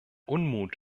unmut